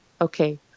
okay